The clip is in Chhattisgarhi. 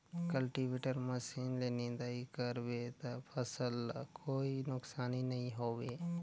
कल्टीवेटर मसीन ले निंदई कर बे त फसल ल कोई नुकसानी नई होये